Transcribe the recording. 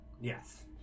Yes